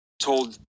told